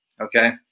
okay